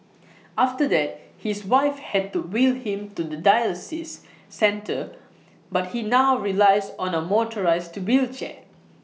after that his wife had to wheel him to the dialysis centre but he now relies on A motorised wheelchair